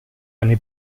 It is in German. eine